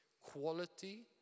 Quality